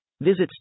Visit